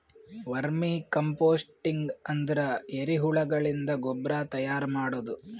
vermi composting ಅಂದ್ರ ಎರಿಹುಳಗಳಿಂದ ಗೊಬ್ರಾ ತೈಯಾರ್ ಮಾಡದು